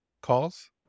calls